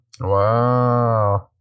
wow